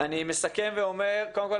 אני מסכם ואומר שקודם כול,